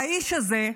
האיש הזה,